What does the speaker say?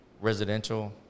residential –